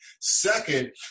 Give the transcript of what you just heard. Second